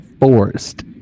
Forest